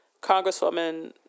Congresswoman